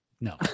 no